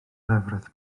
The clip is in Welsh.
lefrith